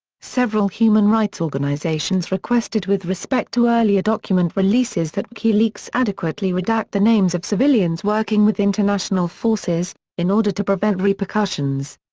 several human rights organisations requested with respect to earlier document releases that wikileaks adequately redact the names of civilians working with international forces, in order to prevent repercussions.